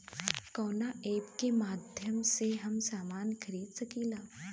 कवना ऐपके माध्यम से हम समान खरीद सकीला?